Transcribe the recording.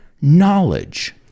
knowledge